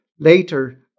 Later